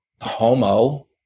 homo